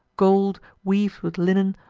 gold, weav'd with linen,